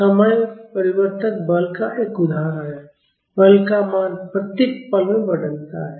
तो यह एक समय परिवर्तक बल का एक उदाहरण है बल का मान प्रत्येक पल में बदलता है